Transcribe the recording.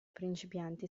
principianti